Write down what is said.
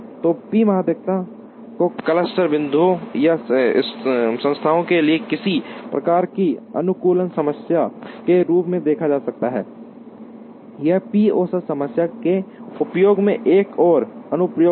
तो पी माध्यिका को क्लस्टर बिंदुओं या संस्थाओं के लिए किसी प्रकार की अनुकूलन समस्या के रूप में देखा जा सकता है यह पी औसत समस्या के उपयोग में एक और अनुप्रयोग है